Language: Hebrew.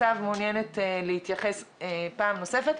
סתיו מעוניינת להתייחס פעם נוספת.